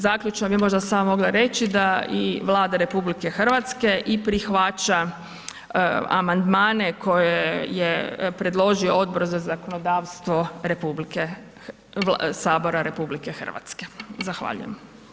Zaključno bi možda mogla reći da i Vlada RH i prihvaća amandmane koje je predložio Odbor za zakonodavstvo Sabora RH, zahvaljujem.